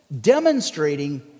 demonstrating